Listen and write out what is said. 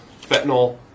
fentanyl